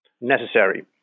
necessary